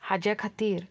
हाचे खातीर